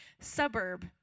suburb